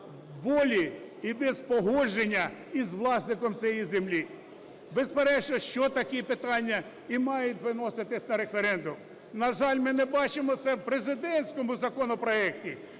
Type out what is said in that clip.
волі і без погодження із власником цієї землі. Безперечно, що такі питання і мають виноситись на референдум. На жаль, ми не бачимо цього в президентському законопроекті.